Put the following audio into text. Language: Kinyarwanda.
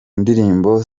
ndirimbo